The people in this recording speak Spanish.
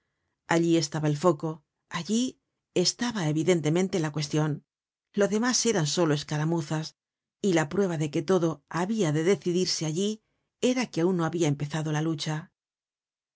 allí estaba el foco allí estaba evidentemente la cuestion lo demás eran solo escaramuzas y la prueba de que todo habia de decidirse allí era que aun no habia empezado la lucha